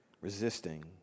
Resisting